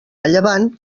llevant